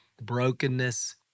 brokenness